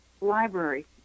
library